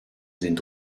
sind